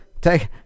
take